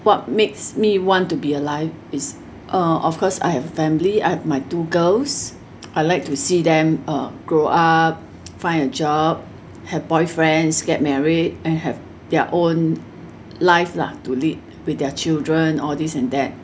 what makes me want to be alive is uh of course I have a family I have my two girls I'd like to see them uh grow up find a job have boyfriends get married and have their own life lah to lead with their children all this and that